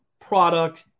product